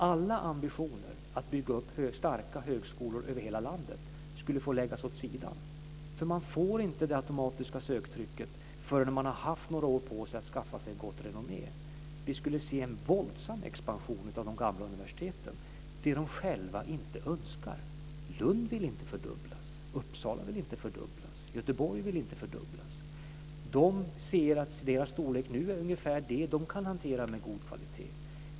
Alla ambitioner att bygga upp starka högskolor över hela landet skulle få läggas åt sidan. Man får inte det automatiska sökandetrycket förrän man har haft några år på sig att skaffa sig gott renommé. Vi skulle se en våldsam expansion av de gamla universiteten som de själva inte önskar. Lund vill inte fördubblas. Uppsala vill inte fördubblas. Göteborg vill inte fördubblas. De ser att deras storlek nu är ungefär den som de kan hantera med god kvalitet.